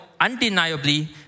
undeniably